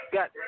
Got